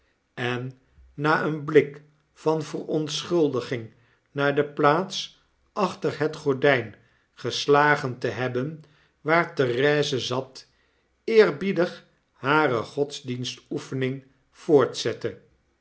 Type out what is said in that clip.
en na een blik van verontschuldiging naar de plaats achter het gordijn geslagen te hebben waar therese zat eerbiedig hare godsdienstoefening voortzette